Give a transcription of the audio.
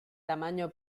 tamaño